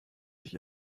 sich